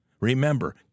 Remember